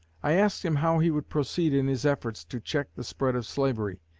i asked him how he would proceed in his efforts to check the spread of slavery.